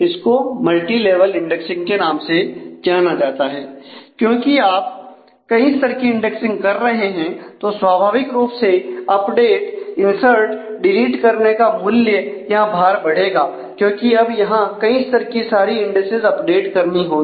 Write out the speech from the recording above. इसको multilevel indexing के नाम से जाना जाता है क्योंकि आप कई स्तर की इंडेक्सिंग कर रहे हैं तो स्वाभाविक रूप से अपडेट इंसर्ट डिलीट करने का मूल्य या भार बढ़ेगा क्योंकि अब यहां कई स्तर की सारी इंडिसेज अपडेट करनी होंगी